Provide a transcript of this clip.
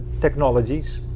technologies